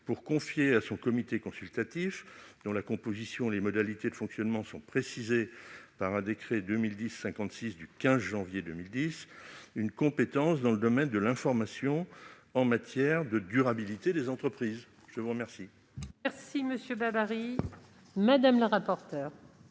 pour confier à son comité consultatif, dont la composition et les modalités de fonctionnement sont précisées par le décret n° 2010-56 du 15 janvier 2010, une compétence dans le domaine de l'information en matière de durabilité des entreprises. Quel est l'avis de la commission